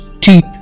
teeth